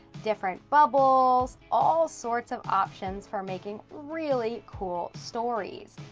different bubbles, all sorts of options for making really cool stories.